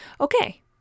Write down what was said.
Okay